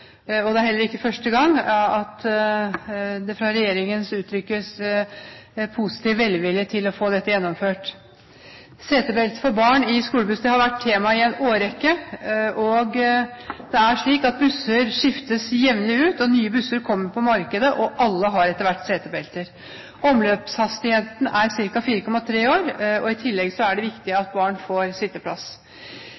Det er heller ikke første gang at det fra regjeringen uttrykkes positiv velvilje til å få dette gjennomført. Setebelte for barn i skolebussene har vært et tema i en årrekke. Det er slik at busser skiftes jevnlig ut, og nye busser kommer på markedet. Alle har etter hvert setebelter. Omløpshastigheten er ca. 4,3 år. I tillegg er det viktig